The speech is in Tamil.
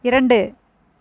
இரண்டு